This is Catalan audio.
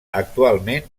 actualment